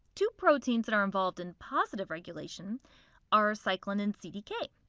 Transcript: two proteins that are involved in positive regulation are cyclin and cdk.